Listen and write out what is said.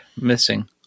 Missing